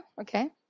Okay